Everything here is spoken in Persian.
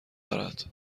دارد